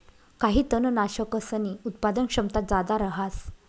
काही तननाशकसनी उत्पादन क्षमता जादा रहास